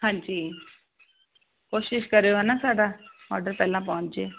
ਹਾਂਜੀ ਕੋਸ਼ਿਸ਼ ਕਰਿਓ ਨਾ ਸਾਡਾ ਆਰਡਰ ਪਹਿਲਾਂ ਪਹੁੰਚ ਜੇ